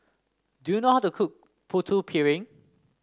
do you know how to cook Putu Piring